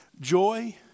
Joy